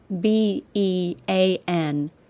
B-E-A-N